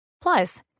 Plus